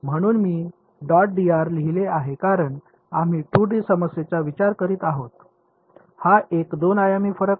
म्हणून मी dot dr लिहिले आहे कारण आम्ही 2 डी समस्येचा विचार करीत आहोत हा एक दोन आयामी फरक आहे